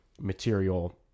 material